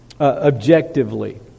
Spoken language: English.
objectively